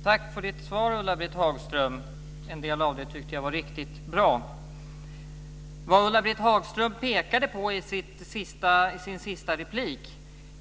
Fru talman! Tack för svaret, Ulla-Britt Hagström. En del av det var riktigt bra. Ulla-Britt Hagström pekade i sin sista replik